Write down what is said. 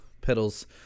pedals